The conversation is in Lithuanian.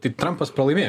tai trampas pralaimėjo